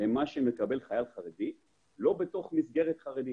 למה שמקבל חייל חרדי לא בתוך מסגרת חרדית.